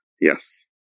yes